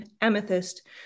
amethyst